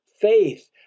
faith